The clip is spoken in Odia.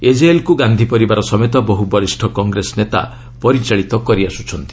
ଏଜେଏଲ୍କୁ ଗାନ୍ଧି ପରିବାର ସମେତ ବହୁ ବରିଷ୍ଣ କଂଗ୍ରେସ ନେତା ପରିଚାଳିତ କରିଆସ୍କଚ୍ଚନ୍ତି